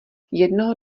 jednoho